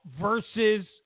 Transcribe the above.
versus